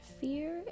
Fear